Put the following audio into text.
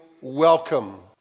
welcome